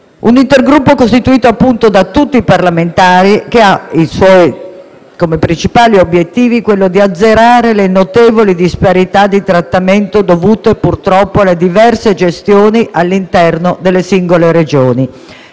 un Intergruppo costituito da tutti i parlamentari che ha tra gli obiettivi principali l'azzeramento delle notevoli disparità di trattamento dovute purtroppo alle diverse gestioni all'interno delle singole Regioni,